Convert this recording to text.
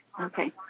Okay